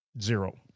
Zero